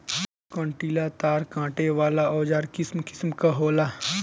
कंटीला तार काटे वाला औज़ार किसिम किसिम कअ होला